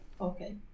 okay